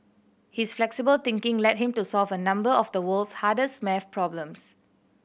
his flexible thinking led him to solve a number of the world's hardest maths problems